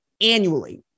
annually